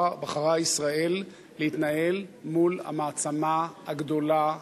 בחרה ישראל להתנהל מול המעצמה הגדולה,